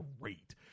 great